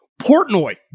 Portnoy